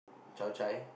Chao Chai